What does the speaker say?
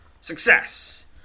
Success